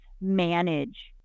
manage